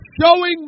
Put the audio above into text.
showing